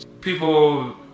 people